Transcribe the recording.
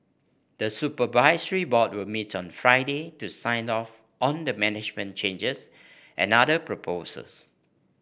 the supervisory board will meet on Friday to sign off on the management changes and other proposals